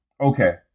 okay